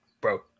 Bro